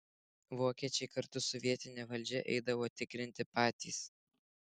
vokiečiai kartu su vietine valdžia eidavo tikrinti patys